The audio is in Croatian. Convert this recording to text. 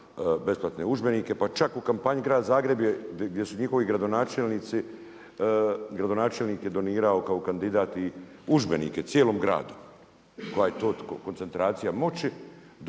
besplatne udžbenike. Pa čak u kampanji grad Zagreb gdje je njihov gradonačelnik donirao kao kandidat i udžbenike cijelom gradu, koja je to koncentracija moći dok